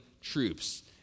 troops